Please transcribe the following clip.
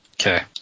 Okay